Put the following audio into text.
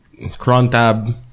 crontab